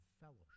fellowship